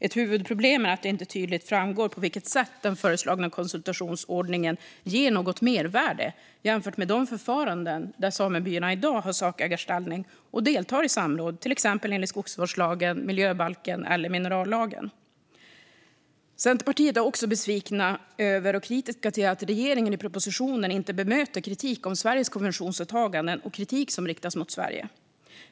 Ett huvudproblem är att det inte tydligt framgår på vilket sätt den föreslagna konsultationsordningen ger något mervärde jämfört med de förfaranden där samebyarna i dag har sakägarställning och deltar i samråd, till exempel enligt skogsvårdslagen, miljöbalken eller minerallagen. Centerpartiet är också besviket över och kritiskt till att regeringen i propositionen inte bemöter kritik mot Sveriges konventionsåtaganden och kritik som riktats mot Sverige.